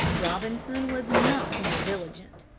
robinson was not more diligent.